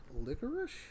licorice